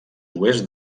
oest